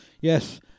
Yes